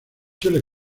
suele